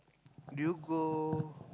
do you go